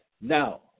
Now